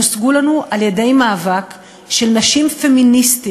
הושגו לנו על-ידי מאבק של נשים פמיניסטיות,